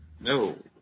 No